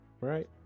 right